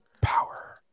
Power